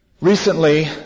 Recently